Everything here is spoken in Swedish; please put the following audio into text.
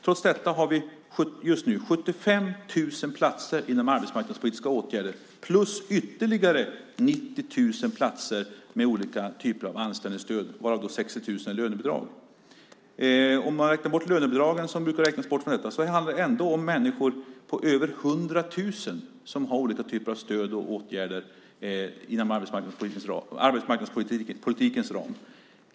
Trots detta har vi just nu 75 000 platser inom arbetsmarknadspolitiska åtgärder plus ytterligare 90 000 platser med olika typer av anställningsstöd, varav 60 000 med lönebidrag. Om man räknar bort lönebidragen, som brukar räknas bort, handlar det ändå om över 100 000 människor som har olika typer av stöd inom arbetsmarknadspolitikens ram.